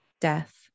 death